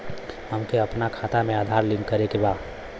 हमके अपना खाता में आधार लिंक करें के बा?